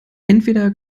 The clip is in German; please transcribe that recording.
entweder